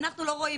אנחנו לא רואים,